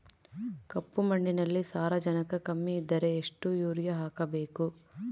ಕಪ್ಪು ಮಣ್ಣಿನಲ್ಲಿ ಸಾರಜನಕ ಕಮ್ಮಿ ಇದ್ದರೆ ಎಷ್ಟು ಯೂರಿಯಾ ಹಾಕಬೇಕು?